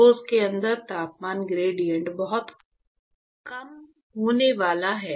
ठोस के अंदर तापमान ग्रेडिएंट बहुत कम होने वाली है